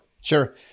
sure